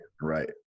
right